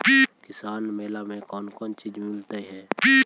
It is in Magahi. किसान मेला मे कोन कोन चिज मिलै है?